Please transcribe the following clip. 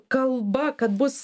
kalba kad bus